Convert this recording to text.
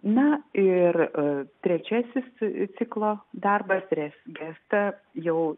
na ir trečiasis ciklo darbas res gesta jau